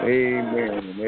amen